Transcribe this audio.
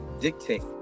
dictate